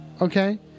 okay